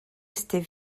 rester